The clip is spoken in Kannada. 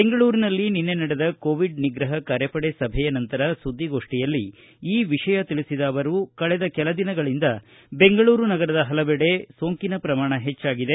ಬೆಂಗಳೂರಿನಲ್ಲಿ ನಿನ್ನೆ ನಡೆದ ಕೋವಿಡ್ ನಿಗ್ರಹ ಕಾರ್ಯಪಡೆ ಸಭೆಯ ನಂತರ ಸುದ್ದಿಗೋಷ್ಟಿಯಲ್ಲಿ ಈ ವಿಷಯ ತಿಳಿಸಿದ ಅವರು ಕಳೆದ ಕೆಲ ದಿನಗಳಿಂದ ಬೆಂಗಳೂರು ನಗರದ ಪಲವೆಡೆ ಸೋಂಕಿನ ಪ್ರಮಾಣ ಹೆಚ್ಚಾಗಿದೆ